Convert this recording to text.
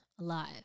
alive